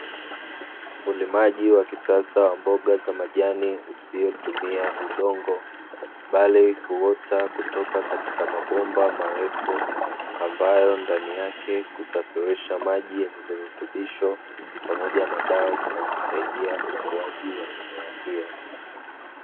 Ulimaji wa kisasa wa mboga za majani usiotumia udongo bali uota kutoka katika mabomba marefu ambayo ndani yake kusafirisha maji yenye virutubisho pamoja na dawa zinazosaidia ukuwaji wa mimea hiyo.